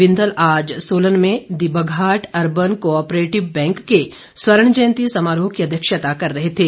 बिंदल आज सोलन में the Baghat urban cooperative bank के स्वर्ण जयंती समारोह की अध्यक्षता कर रहे थे